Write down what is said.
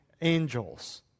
angels